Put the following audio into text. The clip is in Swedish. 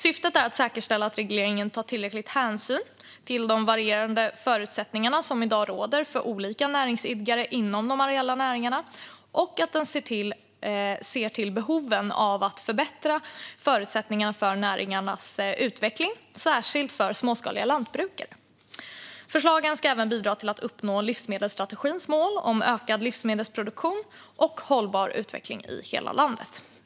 Syftet är att säkerställa att regleringen tar tillräcklig hänsyn till de varierande förutsättningar som i dag råder för olika näringsidkare inom de areella näringarna och att den ser till behoven av att förbättra förutsättningarna för näringarnas utveckling, särskilt för småskaliga lantbrukare. Förslagen ska även bidra till att uppnå livsmedelsstrategins mål om ökad livsmedelsproduktion och hållbar utveckling i hela landet.